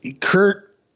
Kurt –